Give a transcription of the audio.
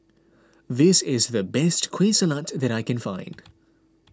this is the best Kueh Salat that I can find